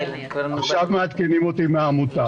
עכשיו מעדכנים אותי מהעמותה.